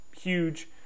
huge